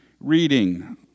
Reading